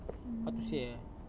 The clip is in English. how to say ah